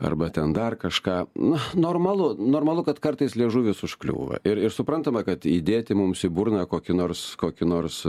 arba ten dar kažką na normalu normalu kad kartais liežuvis užkliūva ir ir suprantama kad įdėti mums į burną kokį nors kokį nors